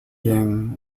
ying